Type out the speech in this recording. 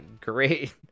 great